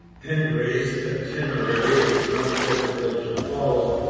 hendry's itinerary is not difficult to follow.